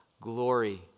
glory